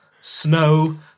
snow